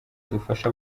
dufashe